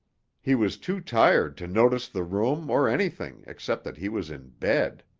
he was too tired to notice the room or anything except that he was in bed.